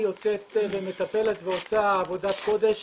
היא יוצאת ומטפלת ועושה עבודת קודש